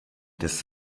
des